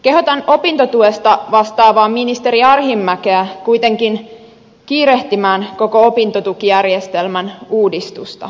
kehotan opintotuesta vastaavaa ministeri arhinmäkeä kuitenkin kiirehtimään koko opintotukijärjestelmän uudistusta